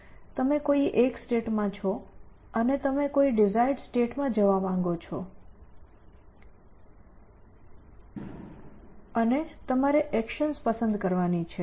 તમે કોઈ એક સ્ટેટ માં છો અને તમે કોઈ ડિઝાયર્ડ સ્ટેટ માં જવા માંગો છો અને તમારે એકશન્સ પસંદ કરવાની છે